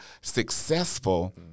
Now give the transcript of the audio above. successful